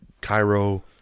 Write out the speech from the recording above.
Cairo